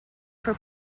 for